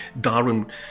Darwin